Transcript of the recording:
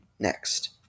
Next